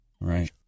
Right